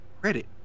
credit